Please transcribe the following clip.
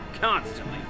constantly